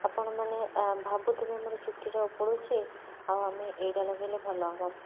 ଆପଣମାନେ ଭାବୁଥିବେ ମୋର ଚୁଟିଟା ଉପୁଡୁଛି ଆଉ ଆମେ ଏଇଟା ଲଗାଇଲେ ଭଲହେବ